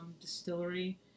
distillery